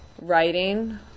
writing